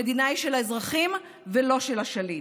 המדינה היא של האזרחים, ולא של השליט.